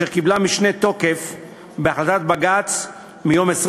אשר קיבלה משנה תוקף בהחלטת בג"ץ מיום 20